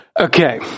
Okay